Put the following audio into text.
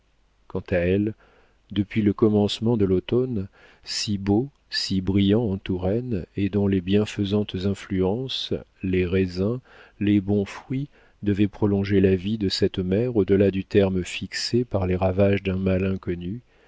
quant à elle depuis le commencement de l'automne si beau si brillant en touraine et dont les bienfaisantes influences les raisins les bons fruits devaient prolonger la vie de cette mère au delà du terme fixé par les ravages d'un mal inconnu